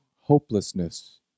Hopelessness